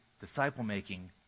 disciple-making